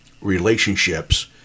relationships